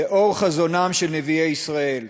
לאור חזונם של נביאי ישראל,